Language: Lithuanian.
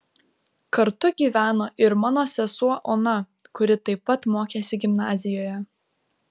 kartu gyveno ir mano sesuo ona kuri taip pat mokėsi gimnazijoje